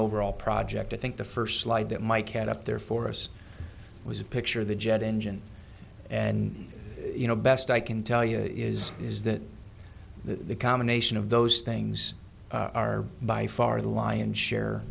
overall project i think the first slide that mike had up there for us was a picture of the jet engine and you know best i can tell you is is that the combination of those things are by far the lion's share